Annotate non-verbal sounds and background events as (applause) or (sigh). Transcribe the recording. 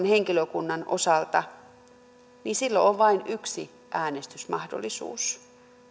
(unintelligible) henkilökunnan osalta niin silloin on vain yksi äänestysmahdollisuus